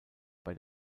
bei